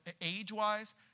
age-wise